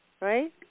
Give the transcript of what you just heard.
right